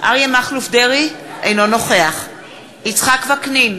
יצחק וקנין,